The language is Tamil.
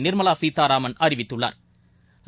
நிா்மலாசீதாராமன் அறிவித்துள்ளாா்